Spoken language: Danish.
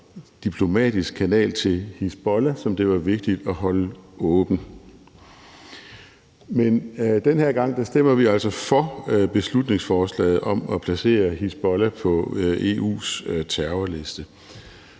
diplomatisk kanal til Hizbollah, som det var vigtigt at holde åben. Men den her gang stemmer vi jo altså for beslutningsforslaget om at placere Hizbollah på EU's terrorliste,